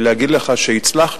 להגיד לך שהצלחנו?